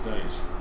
days